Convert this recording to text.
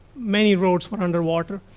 many roads were under water.